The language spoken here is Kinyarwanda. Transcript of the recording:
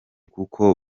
kuko